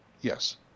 Yes